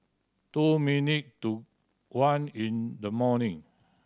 two minute to one in the morning